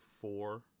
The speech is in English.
four